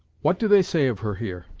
what do they say of her here?